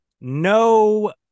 no